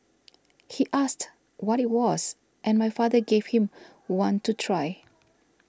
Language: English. he asked what it was and my father gave him one to try